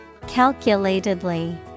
calculatedly